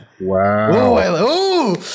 Wow